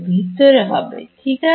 ভিতরে হবে ঠিক আছে